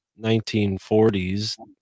1940s